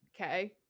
Okay